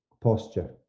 posture